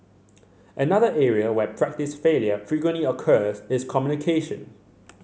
another area where practice failure frequently occurs is communication